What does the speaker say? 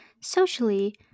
socially